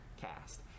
cast